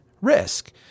risk